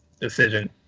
decision